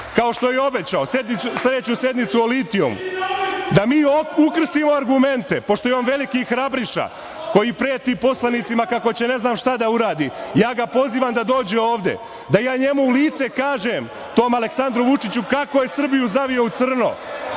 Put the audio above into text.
kao što je obećao, na sledeću sednicu o litijumu, da mi ukrstimo argumente, pošto je on veliki hrabriša koji preti poslanicima kako će ne znam šta da uradi. Ja ga pozivam da dođe ovde, da ja njemu u lice kažem, tom Aleksandru Vučiću, kako je Srbiju zavio u crno,